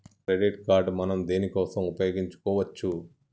Credit card మనం దేనికోసం ఉపయోగించుకోవచ్చు?